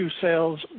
sales